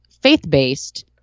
faith-based